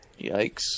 Yikes